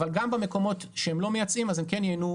אבל גם במקומות שהם לא מייצאים אז הם כן ייהנו,